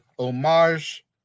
homage